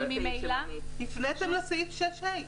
אבל הפניתם לסעיף 6(ה).